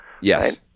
Yes